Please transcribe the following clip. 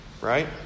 Right